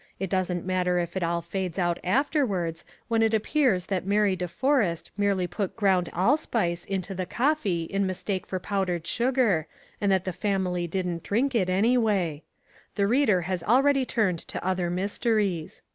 it doesn't matter if it all fades out afterwards when it appears that mary de forrest merely put ground allspice into the coffee in mistake for powdered sugar and that the family didn't drink it anyway. the reader has already turned to other mysteries.